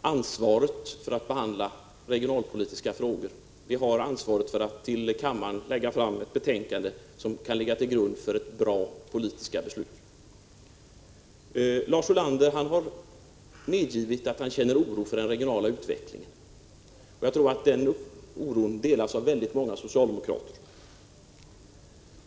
ansvaret för att behandla regionalpolitiska frågor, det har ansvaret för att inför kammaren lägga fram ett betänkande som kan ligga till grund för bra politiska beslut på det området. Lars Ulander har medgivit att han känner oro för den regionala utvecklingen, och jag tror att den oron delas av många socialdemokrater.